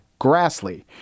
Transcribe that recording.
Grassley